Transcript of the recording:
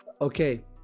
Okay